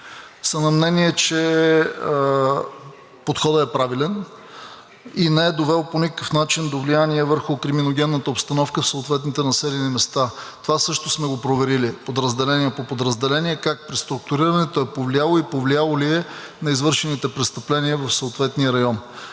са на мнение, че подходът е правилен и не е довел по никакъв начин до влияние върху криминогенната обстановка в съответните населени места. Това също сме го проверили подразделение по подразделение как преструктурирането е повлияло и повлияло ли е на извършените престъпения в съответния район.